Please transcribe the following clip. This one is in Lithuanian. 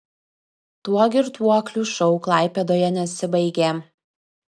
tuo girtuoklių šou klaipėdoje nesibaigė